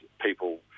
people